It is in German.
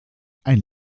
ein